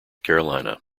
carolina